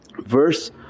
verse